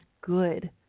good